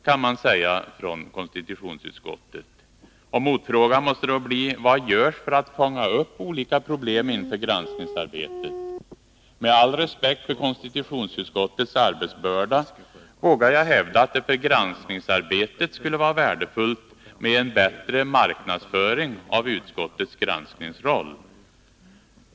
kan man säga från konstitutionsutskottet. Motfrågan måste då bli: Vad görs för att fånga upp olika problem inför granskningsarbetet? Med all respekt för konstitutionsutskottets arbetsbörda vågar jag hävda att det för granskningsarbetet skulle vara värdefullt med en bättre marknadsföring av utskottets granskningsroll.